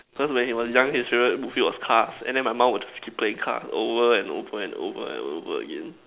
cause when he was young his favorite movie was cars then my mom will keep playing car over and over and over and over again